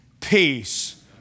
peace